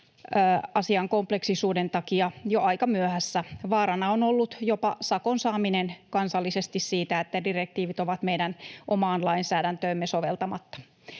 asian kompleksisuuden takia jo aika myöhässä. Vaarana on ollut jopa sakon saaminen kansallisesti siitä, että direktiivit ovat meidän omaan lainsäädäntömme soveltamatta.